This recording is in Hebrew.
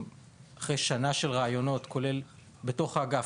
אחרי שנה של ראיונות כולל בתוך האגף,